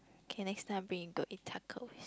K next time I bring you go eat tako